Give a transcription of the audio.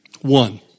One